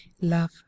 Love